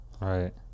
Right